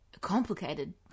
Complicated